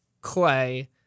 Clay